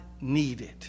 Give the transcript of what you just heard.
needed